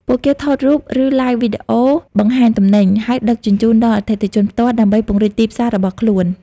ពួកគេថតរូប ឬ Live វីដេអូបង្ហាញទំនិញ ហើយដឹកជញ្ជូនដល់អតិថិជនផ្ទាល់ ដើម្បីពង្រីកទីផ្សាររបស់ខ្លួន។